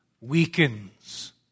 weakens